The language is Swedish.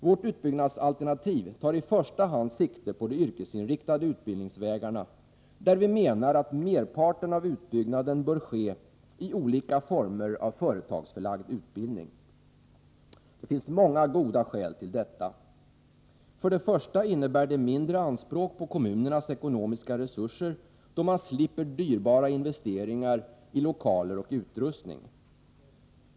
Vårt utbyggnadsalternativ tar i första hand sikte på de yrkesinriktade utbildningsvägarna, där vi menar att merparten av utbyggnaden bör ske i olika former av företagsförlagd utbildning. Det finns många goda skäl till detta. För det första innebär det mindre anspråk på kommunernas ekonomiska resurser, då man slipper dyrbara investeringar i lokaler och utrustning.